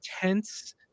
tense